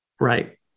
Right